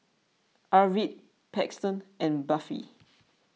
Arvid Paxton and Buffy